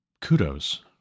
kudos